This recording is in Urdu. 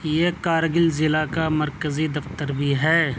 یہ کارگل ضلع کا مرکزی دفتر بھی ہے